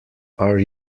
are